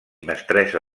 mestressa